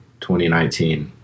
2019